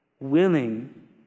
Willing